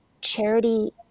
charity